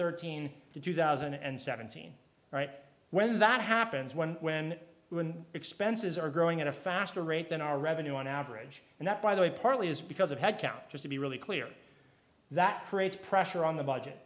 thirteen to two thousand and seventeen right when that happens when when when expenses are growing at a faster rate than our revenue on average and that by the way partly is because of headcount has to be really clear that creates pressure on the budget